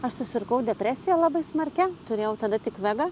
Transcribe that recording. aš susirgau depresija labai smarkia turėjau tada tik vegą